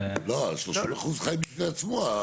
ה-30% חי בפני עצמו.